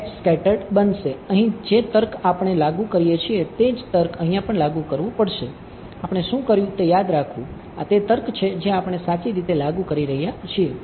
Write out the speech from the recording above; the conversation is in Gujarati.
તેથી તે બનશે અહીં જે તર્ક આપણે લાગુ કરીએ છીએ તે જ તર્ક અહિયાં પણ લાગુ પડશે આપણે શું કર્યું તે યાદ રાખવું આ તે તર્ક છે જે આપણે સાચી રીતે લાગુ કરી રહ્યા છીએ